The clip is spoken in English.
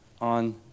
on